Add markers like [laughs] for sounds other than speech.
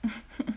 [laughs]